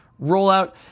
rollout